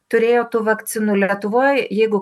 turėjo tų vakcinų lietuvoj jeigu